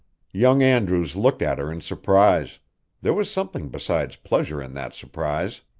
young andrews looked at her in surprise there was something besides pleasure in that surprise.